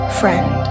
friend